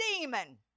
demon